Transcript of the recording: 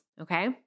okay